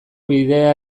bidea